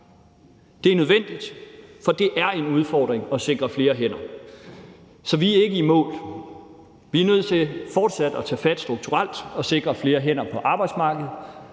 Det er nødvendigt. For det er en udfordring at sikre flere hænder. Så vi er ikke i mål. Vi er nødt til fortsat at tage fat strukturelt og sikre flere hænder på arbejdsmarkedet,